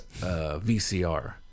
vcr